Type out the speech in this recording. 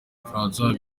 françois